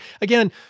Again